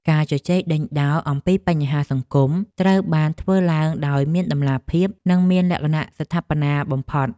ការជជែកដេញដោលអំពីបញ្ហាសង្គមត្រូវបានធ្វើឡើងដោយមានតម្លាភាព និងមានលក្ខណៈស្ថាបនាបំផុត។